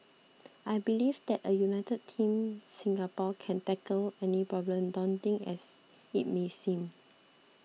I believe that a united Team Singapore can tackle any problem daunting as it may seem